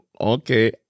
okay